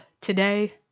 today